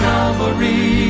Calvary